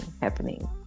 happening